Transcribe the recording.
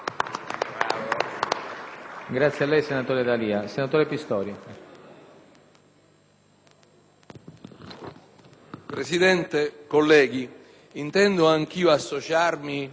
Presidente, colleghi, intendo anch'io associarmi